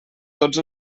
tots